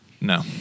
No